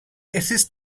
assist